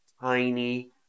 tiny